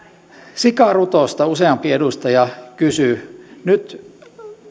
sikarutosta useampi edustaja kysyi nyt